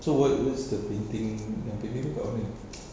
so what was the painting yang painting tu dekat mana